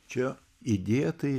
čia idėja tai